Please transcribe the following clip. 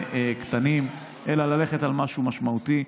קטנים, אלא ללכת על משהו משמעותי.